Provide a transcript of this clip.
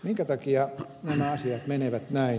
minkä takia nämä asiat menevät näin